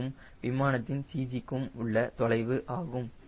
c க்கும் விமானத்தின் CG க்கும் உள்ள தொலைவு ஆகும்